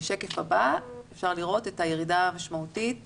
בשקף הבא אפשר לראות את הירידה המשמעותית